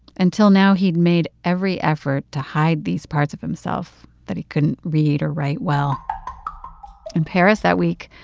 until now, he'd made every effort to hide these parts of himself, that he couldn't read or write well in paris that week,